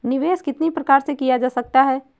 निवेश कितनी प्रकार से किया जा सकता है?